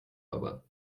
aber